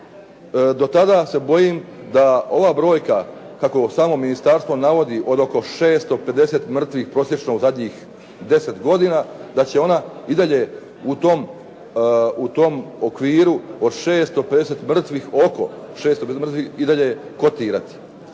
Do tada se bojim da ova brojka, kako ovo samo ministarstvo navodi, od oko 650 mrtvih prosječno u zadnjih 10 godina, da će ona i dalje u tom okviru oko 650 mrtvih i dalje kotirati.